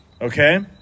okay